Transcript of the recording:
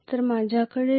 तर माझ्याकडे dWe dWf असेल